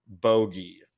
bogey